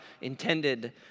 intended